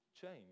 change